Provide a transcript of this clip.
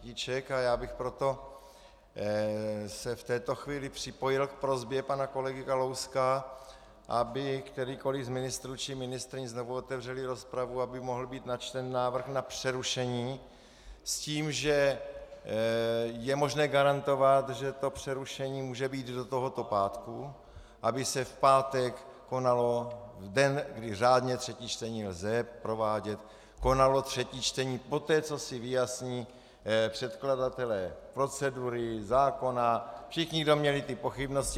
A já bych se proto v této chvíli připojil k prosbě pana kolegy Kalouska, aby kterýkoli z ministrů či ministryň znovu otevřeli rozpravu, aby mohl být načten návrh na přerušení s tím, že je možné garantovat, že to přerušení může být do tohoto pátku, aby se v pátek v den, kdy řádně třetí čtení lze provádět konalo třetí čtení poté, co si vyjasní předkladatelé procedury, zákona, všichni, kdo měli ty pochybnosti.